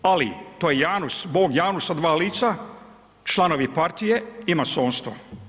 Ali to je Janus, bog Janus sa dva lica, članovi partije i masonstva.